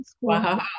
Wow